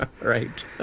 Right